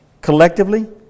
collectively